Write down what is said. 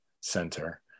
center